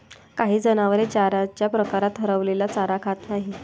काही जनावरे चाऱ्याच्या प्रकारात हरवलेला चारा खात नाहीत